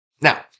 Now